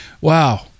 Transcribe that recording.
wow